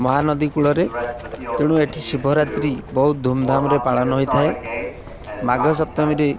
ମହାନଦୀ କୂଳରେ ତେଣୁ ଏଠି ଶିଭରାତ୍ରି ବହୁତ ଧୁମ୍ଧାମ୍ରେ ପାଳନ ହୋଇଥାଏ ମାଘ ସପ୍ତମୀରେ